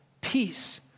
peace